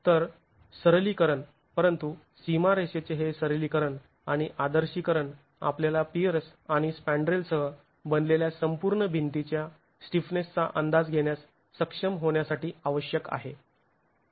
तर सरलीकरण परंतु सीमारेषेचे हे सरलीकरण आणि आदर्शीकरण आपल्याला पियर्स आणि स्पॅंड्रेलसह बनलेल्या संपूर्ण भिंतीच्या स्टिफनेसचा अंदाज घेण्यास सक्षम होण्यासाठी आवश्यक आहे